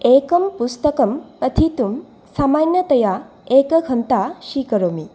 एकं पुस्तकम् अधीतुं सामान्यतया एकघण्टा स्वीकरोमि